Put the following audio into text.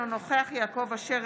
אינו נוכח יעקב אשר,